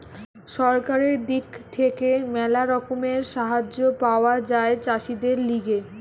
সরকারের দিক থেকে ম্যালা রকমের সাহায্য পাওয়া যায় চাষীদের লিগে